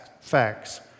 facts